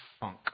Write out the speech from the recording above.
funk